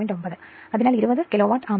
9 അതിനാൽ 20 kilovolt ampere